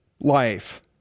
life